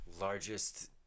largest